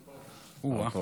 זכית.